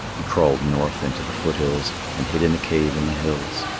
he crawled north into the foothills and hid in a cave in the hills.